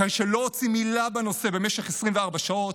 אחרי שלא הוציא מילה בנושא במשך 24 שעות,